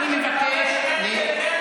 פנסיה,